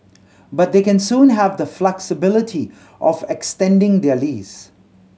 but they can soon have the flexibility of extending their lease